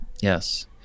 Yes